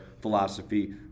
philosophy